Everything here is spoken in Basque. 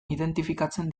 identifikatzen